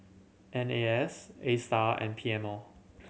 N A S Astar and P M O